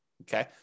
Okay